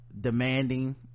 demanding